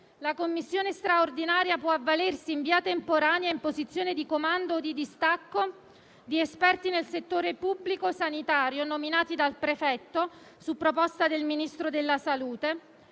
la commissione straordinaria può avvalersi in via temporanea, in posizione di comando o di distacco, di esperti nel settore pubblico sanitario nominati dal prefetto, su proposta del Ministro della salute.